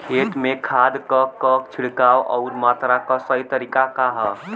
खेत में खाद क छिड़काव अउर मात्रा क सही तरीका का ह?